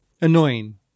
Annoying